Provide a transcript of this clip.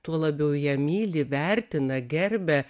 tuo labiau ją myli vertina gerbia